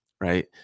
right